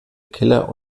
keller